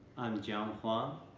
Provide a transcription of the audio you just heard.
i'm john huang,